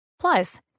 Plus